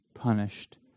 punished